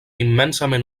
immensament